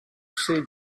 say